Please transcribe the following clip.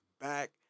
back